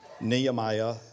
Nehemiah